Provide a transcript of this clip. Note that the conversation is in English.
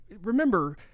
remember